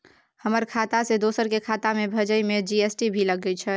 हमर खाता से दोसर के खाता में भेजै में जी.एस.टी भी लगैछे?